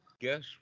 Guess